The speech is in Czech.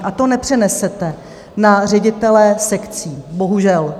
A to nepřenesete na ředitele sekcí, bohužel.